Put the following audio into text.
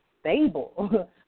stable